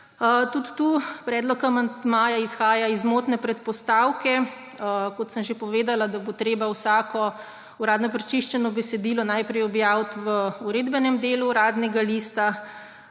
Tudi tu predlog amandmaja izhaja iz zmotne predpostavke. Kot sem že povedala, bo treba vsako uradno prečiščeno besedilo najprej objaviti v Uredbenem delu Uradnega lista.